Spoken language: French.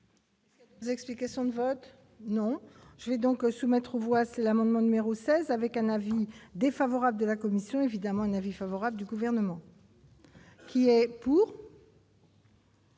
de ce texte. Les explications de vote non, je vais donc soumettre, voici l'amendement numéro 16 avec un avis défavorable de la commission évidemment une avis favorable du gouvernement. Qui est pour.